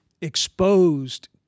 exposed